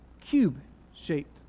Cube-shaped